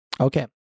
Okay